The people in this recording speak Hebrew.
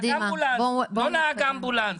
נהג אמבולנס, לא נהג אמבולנס.